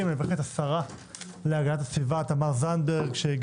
ואת השרה להגנת הסביבה תמר זנדברג,